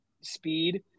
speed